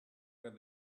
where